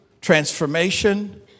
transformation